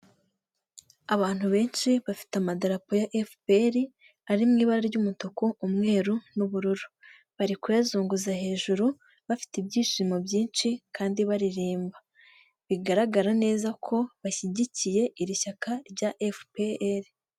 Abantu benshi bafite amadarapo ya efuperi, ari mu ibara ry'umutuku, umweru, n'ubururu. Bari kuyazunguza hejuru bafite ibyishimo byinshi, kandi baririmba. Bigaragara neza ko bashyigikiye iri shyaka rya efupeyeri.